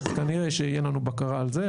כנראה שיהיה לנו בקרה על זה,